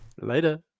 Later